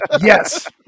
Yes